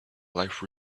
life